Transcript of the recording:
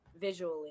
visually